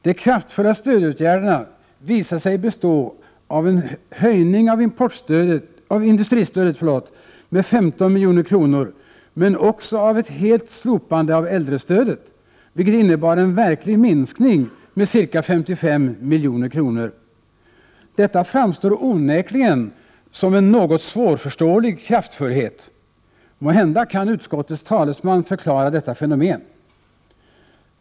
De kraftfulla stödåtgärderna visade sig bestå av en höjning av industristödet med 15 milj.kr., men också av ett slopande av äldrestödet, vilket innebär en verklig minskning med ca 55 milj.kr. Detta framstår onekligen som en något svårförståelig kraftfullhet. Måhända kan utskottets talesman förklara detta fenomen.